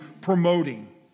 promoting